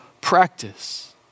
practice